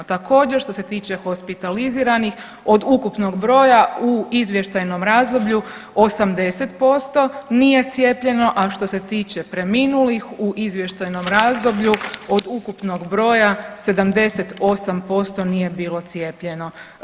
Također što se tiče hospitaliziranih od ukupnog broja u izvještajnom razdoblju 80% nije cijepljeno, a što se tiče preminulih u izvještajnom razdoblju od ukupnog broja 78% nije bilo cijepljeno.